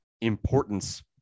importance